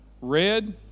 red